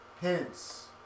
hints